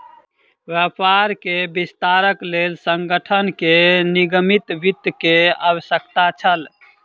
व्यापार के विस्तारक लेल संगठन के निगमित वित्त के आवश्यकता छल